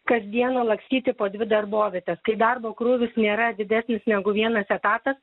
kasdieną lakstyti po dvi darbovietes kai darbo krūvis nėra didesnis negu vienas etatas